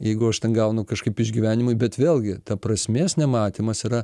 jeigu aš ten gaunu kažkaip išgyvenimui bet vėlgi ta prasmės nematymas yra